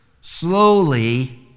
slowly